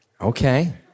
Okay